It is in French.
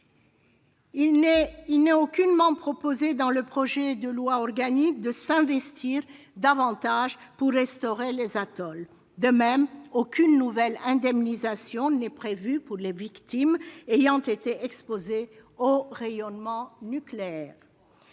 Il n'est aucunement proposé dans le projet de loi organique de s'investir davantage pour restaurer les atolls. De même, aucune nouvelle indemnisation n'est prévue pour les victimes ayant été exposées aux rayonnements nucléaires.